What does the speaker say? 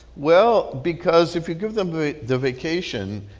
well, because if you give them the the vacation,